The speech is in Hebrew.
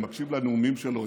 אני מקשיב לנאומים שלו,